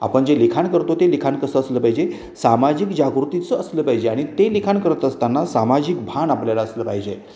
आपण जे लिखाण करतो ते लिखाण कसं असलं पाहिजे सामाजिक जागृतीचं असलं पाहिजे आणि ते लिखाण करत असताना सामाजिक भान आपल्याला असलं पाहिजे